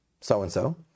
so-and-so